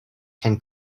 can